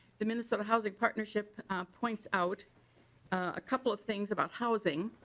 the minnesota housing partnership points out a couple of things about housing